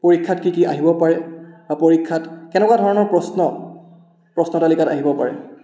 পৰীক্ষাত কি কি আহিব পাৰে বা পৰীক্ষাত কেনেকুৱা ধৰণৰ প্ৰশ্ন প্ৰশ্নতালিকাত আহিব পাৰে